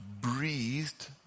breathed